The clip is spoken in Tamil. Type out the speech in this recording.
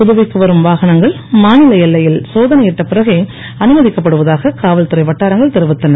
புதுவைக்கு வரும் வாகனங்கள் மா நில எல்லையில் சோதனையிட்ட பிறகே அனுமதிக்கப்படுவதாக காவல்துறை வட்டாரங்கள் தெரிவித்தன